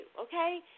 okay